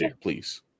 please